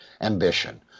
ambition